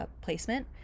placement